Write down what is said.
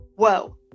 Whoa